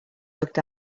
looked